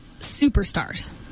superstars